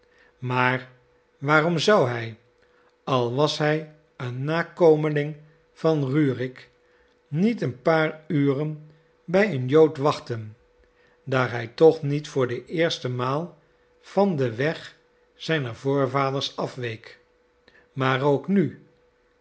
maar waarom zou hij al was hij een nakomeling van rurik niet een paar uren bij een jood wachten daar hij toch niet voor de eerste maal van den weg zijner voorvaders afweek maar ook nu